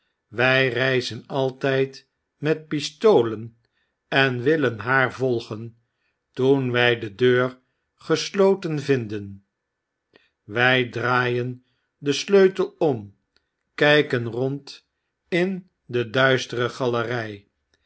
wij reizen altyd met pistolen en willen haar volgen toen wy de deur gesloten vinden wy draaien den sleutel om kyken rond in de duistere galery